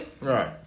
Right